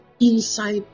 inside